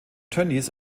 tönnies